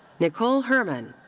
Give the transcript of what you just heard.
nicole herrman.